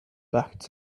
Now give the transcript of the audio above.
backed